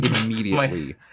Immediately